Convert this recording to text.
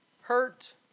hurt